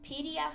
PDF